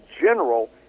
general